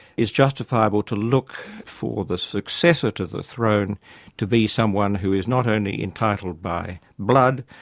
is justifiable to look for the successor to the throne to be someone who is not only entitled by blood,